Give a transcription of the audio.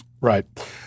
Right